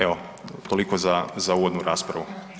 Evo toliko za uvodnu raspravu.